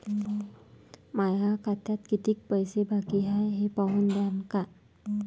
माया खात्यात कितीक पैसे बाकी हाय हे पाहून द्यान का?